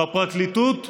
בפרקליטות ובמשטרה.